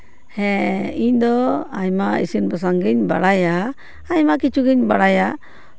ᱦᱮᱸ ᱤᱧᱫᱚ ᱟᱭᱢᱟ ᱤᱥᱤᱱ ᱵᱟᱥᱟᱝ ᱜᱤᱧ ᱵᱟᱲᱟᱭᱟ ᱟᱭᱢᱟ ᱠᱤᱪᱷᱩ ᱜᱤᱧ ᱵᱟᱲᱟᱭᱟ